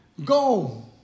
Go